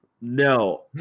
No